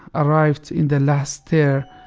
arrived in the last stair,